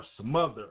smother